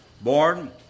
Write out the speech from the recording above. born